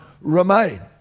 remain